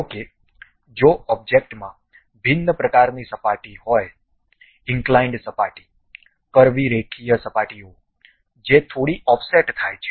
જો કે જો ઓબ્જેક્ટમાં ભિન્ન પ્રકારની સપાટી હોય ઇંક્લાઇન્ડ સપાટી કર્વી રેખીય સપાટીઓ જે થોડી ઓફસેટ થાય છે